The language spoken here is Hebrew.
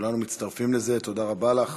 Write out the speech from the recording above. כולנו מצטרפים לזה, תודה רבה לך,